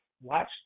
watch